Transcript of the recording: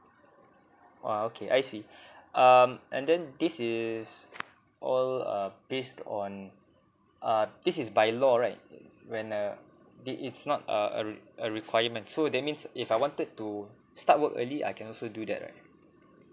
!wah! okay I see um and then this is all err based on uh this is by law right when uh they it's not uh a re~ a requirement so that means if I wanted to start work early I can also do that right